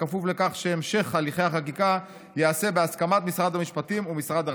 בכפוף לכך שהמשך הליכי החקיקה ייעשה בהסכמת משרד המשפטים ומשרד הרווחה.